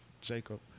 Jacob